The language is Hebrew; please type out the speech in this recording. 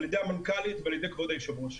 על ידי המנכ"לית ועל ידי כבוד היושב ראש.